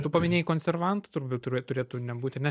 tu paminėjai konservantų turbūt turėtų nebūt ar ne